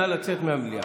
נא לצאת מהמליאה.